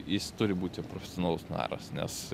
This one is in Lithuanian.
jis turi būti profesionalus naras nes